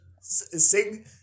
Sing